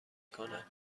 کند